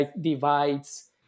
divides